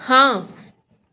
ਹਾਂ